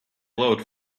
glowed